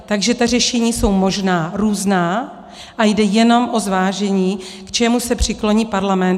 Takže ta řešení jsou možná různá a jde jenom o zvážení, k čemu se přikloní Parlament.